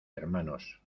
hermanos